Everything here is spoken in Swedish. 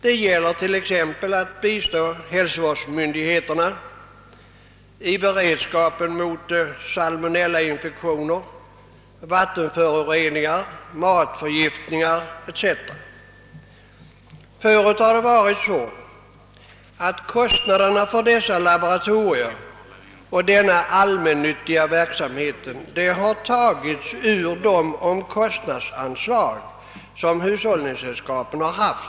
Det gäller t. ex, att bistå hälsovårdsmyndigheterna i beredskapen mot salmonellainfektioner, vattenföroreningar, matförgiftningar etc. Tidigare har dessa laboratorier och den allmännyttiga verksamheten bekostats genom hushållningssällskapens omkostnadsanslag.